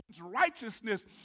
righteousness